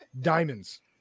Diamonds